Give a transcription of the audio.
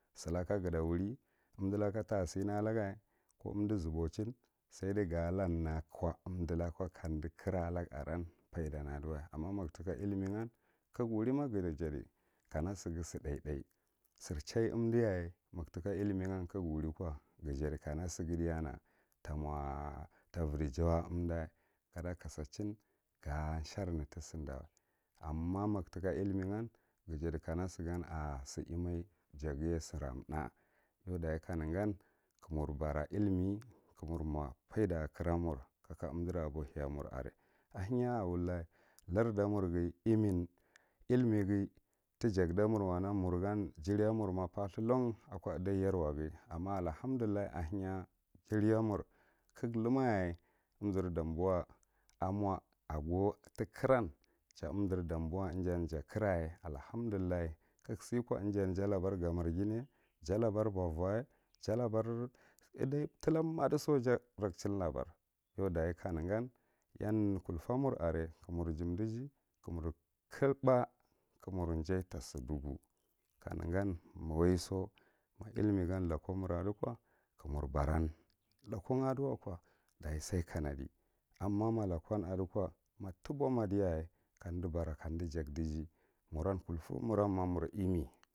Silaka gata wuri umdi lakatasima laga ko umdi zubchin jadi ga na ko umdila kamdi kra lagan faidan aduwa ama maga tika illimi kagu wurima gata jadi ka sithai, thai sirchiye umdiyaye ma ga tika illimigh kaga wuri ko ga ta jadikana sigudina tamo tavidi jau amda ga da kasachin ga sharini tisidamwa amma maga tika illimi ga jadi a siimai jaghiye sira tháh ya dachi kanegan ka mur bira illimi ka mur mo are, ahenye a wulla lar marghi iminillimigahi tijakda murwana jar amur ma parthlan a ko iday yerwaghi amma allamdullah ahena jar amur ka lummayaye uz damboa amo age tikaran ja uzir damboa ijan ja kira ye allahamdulla kasiko injan ja labar jamarghoiye, ja labary vavoye ja labar idi tilammadiso ja labar yau dachi kanegan kolfe mur are ka mur kuba ka mur jay tasidugu kanegan ma waigo ma illimi loko adiko ka mur baran lakan aduwako saikanedi amma ma lakon adika ma tubo madiyaye kamdi bara kamdi jakdige.